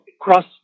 cross